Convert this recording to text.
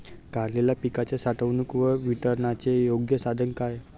काढलेल्या पिकाच्या साठवणूक व वितरणाचे योग्य साधन काय?